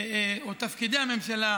או תפקידי הממשלה,